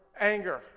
anger